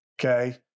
Okay